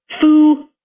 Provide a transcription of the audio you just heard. foo